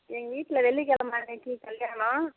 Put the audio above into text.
எங்கள் வீட்டில வெள்ளிக்கிலம அன்னைக்கு கல்யாணம்